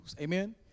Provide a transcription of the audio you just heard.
amen